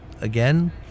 again